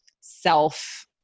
self